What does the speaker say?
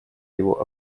его